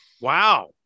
wow